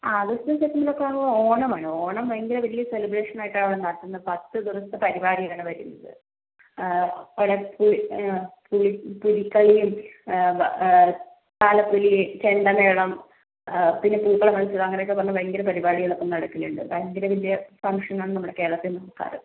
August സെപ്റ്റംബറൊക്കെ ആവുമ്പോൾ ഓണമാണ് ഓണം ഭയങ്കര വലിയ സെലിബ്രേഷനായിട്ടാണ് ഇവിടെ നടത്തുന്നത് പത്ത് ദിവസത്തെ പരിപാടിയാണ് വരുന്നത് പുലി പുലിക്കളിയും താലപ്പൊലി ചെണ്ടമേളം പിന്നെ പൂക്കളമത്സരം അങ്ങനെയൊക്കെ പറഞ്ഞ് ഭയങ്കര പരിപാടികളൊക്കെ നടക്കുന്നുണ്ട് ഭയങ്കര വലിയ ഫംഗ്ഷനാണ് നമ്മുടെ കേരളത്തിൽ നടക്കാറ്